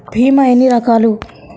భీమ ఎన్ని రకాలు?